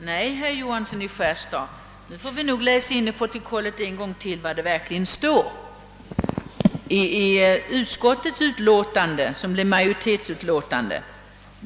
Herr talman! För att för herr Johansson i Skärstad klargöra det riktiga förhållandet måste jag tydligen än en gång läsa in i protokollet vad som står i det som blev utskottsmajoritetens utlåtande.